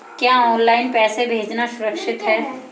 क्या ऑनलाइन पैसे भेजना सुरक्षित है?